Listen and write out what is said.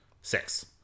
Six